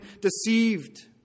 deceived